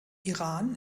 iran